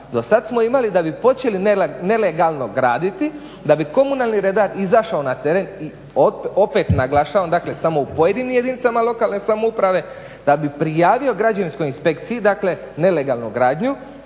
Do sad smo imali da bi počeli nelegalno graditi, da bi komunalni redar izašao na teren i opet naglašavam samo u pojedinim jedinicama lokalne samouprave, da bi prijavio građevinskoj inspekciji dakle nelegalnu gradnju